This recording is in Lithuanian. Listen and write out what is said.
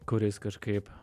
kuris kažkaip